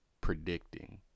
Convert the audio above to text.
predicting